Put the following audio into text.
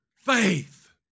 Faith